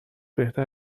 بهتر